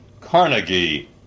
Carnegie